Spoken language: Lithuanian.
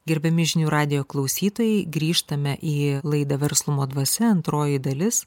gerbiami žinių radijo klausytojai grįžtame į laidą verslumo dvasia antroji dalis